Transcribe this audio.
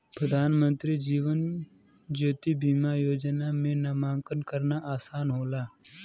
प्रधानमंत्री जीवन ज्योति बीमा योजना में नामांकन करना आसान होला